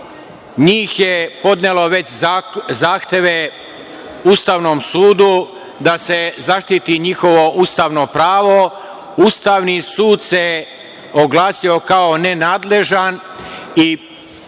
njih je već podnelo zahteve Ustavnom sudu da se zaštiti njihovo ustavno pravo. Ustavni sud se oglasio kao nenadležan.